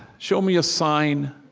show me a sign